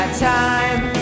time